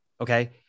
Okay